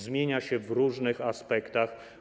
Zmienia się w różnych aspektach.